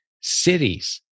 cities